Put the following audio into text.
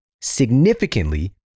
significantly